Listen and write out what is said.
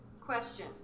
Question